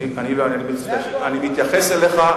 אני מתייחס אליך,